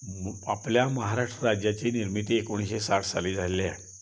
आपल्या महाराष्ट्र राज्याची निर्मिती एकोणीसशे साठ साली झालेली आहे